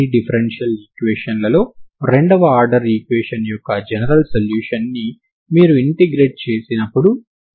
cT అని మనకు ఇప్పటికే తెలుసు T అనేది స్ట్రింగ్ యొక్క టెన్షన్ యొక్క పరిమాణం అని చూశాము సరేనా